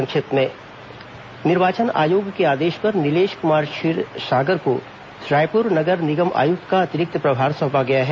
संक्षिप्त समाचार निर्वाचन आयोग के आदेश पर नीलेश कुमार क्षीरसागर को रायपुर नगर निगम आयुक्त का अतिरिक्त प्रभार सौंपा गया है